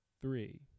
three